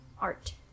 art